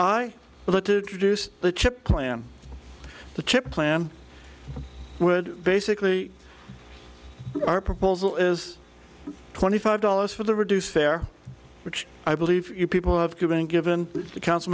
reduce the chip plan the chip plan would basically our proposal is twenty five dollars for the reduced fare which i believe people have been given the council